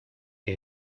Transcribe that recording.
que